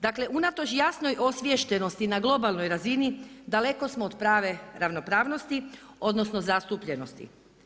Dakle, unatoč jasnoj osviještenosti na globalnoj razini daleko smo od prave ravnopravnosti, odnosno zastupljenosti.